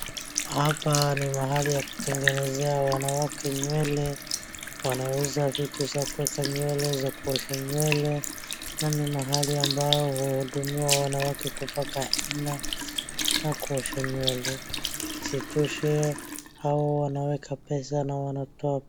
Hapa ni mahali ya kutengeneza wanawake nywele wanauza vitu za kueka nywele za kuosha nywele ni mahali ambapo wanahudimia wanawake kupaka hina na kuosha nywele isitoshe hao wanaweka pesa na wanatoa.